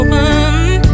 open